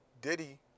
Diddy